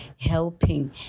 helping